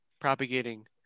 propagating